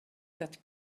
that